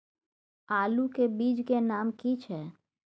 आलू के बीज के नाम की छै?